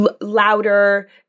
louder